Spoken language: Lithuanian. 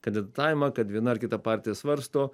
kandidatavimą kad viena ar kita partija svarsto